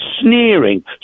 sneering